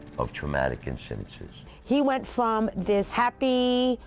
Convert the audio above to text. of traumatic instances. he went from this happy,